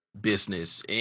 business